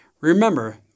Remember